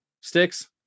sticks